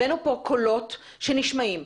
הבאנו לכאן קולות שנשמעים.